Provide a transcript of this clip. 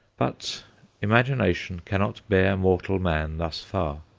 but imagination cannot bear mortal man thus far.